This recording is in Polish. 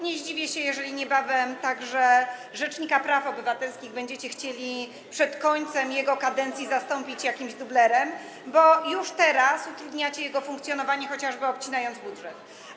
Nie zdziwię się, jeżeli niebawem także rzecznika praw obywatelskich będziecie chcieli przed końcem jego kadencji zastąpić jakimś dublerem, bo już teraz utrudniacie jego funkcjonowanie, chociażby obcinając budżet.